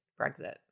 Brexit